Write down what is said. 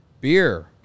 beer